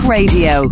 Radio